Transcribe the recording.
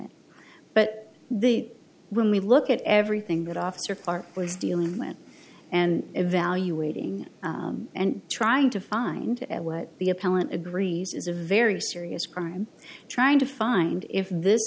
it but the when we look at everything that officer part was dealing with and evaluating and trying to find what the appellant agrees is a very serious crime trying to find if this